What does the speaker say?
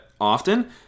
often